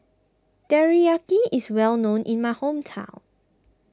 Teriyaki is well known in my hometown